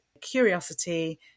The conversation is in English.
curiosity